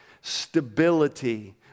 stability